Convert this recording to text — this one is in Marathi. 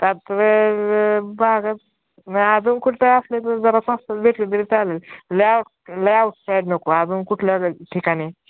कात्रज बागात मग अजून कुठलं असले तर जरा स्स्त भेटले तरी चालेल ल लेआऊट आउट साईड नको अजून कुठल्या ठिकाणी